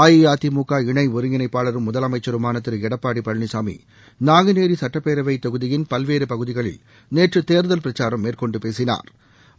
அஇஅதிமுக இணை ஒருங்கிணைப்பாளரும் முதலமைச்சருமான திரு எடப்பாடி பழனிசாமி நான்குநேரி சட்டப்பேரவைத் தொகுதியின் பல்வேறு பகுதிகளில் நேற்று தேர்தல் பிரச்சாரம் மேற்கொண்டு பேசினாா்